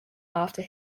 after